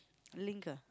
link ah